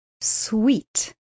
Sweet